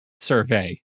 Survey